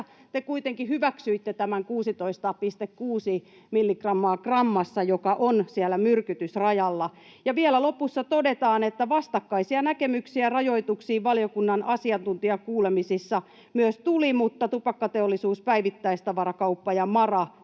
te kuitenkin hyväksyitte tämän 16,6 milligrammaa grammassa, joka on siellä myrkytysrajalla. Ja vielä lopussa todetaan, että vastakkaisia näkemyksiä rajoituksiin valiokunnan asiantuntijakuulemisissa myös tuli mutta tupakkateollisuus, päivittäistavarakauppa ja MaRa